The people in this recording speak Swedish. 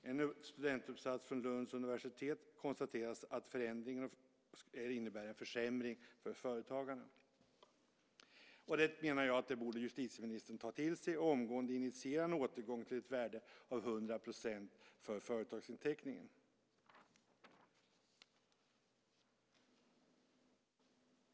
I en studentuppsats från Lunds universitet konstateras det att förändringen innebär en försämring för företagarna. Jag menar att justitieministern borde ta till sig detta och omgående initiera en återgång till ett värde av 100 % för företagsinteckningen.